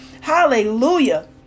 Hallelujah